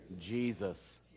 Jesus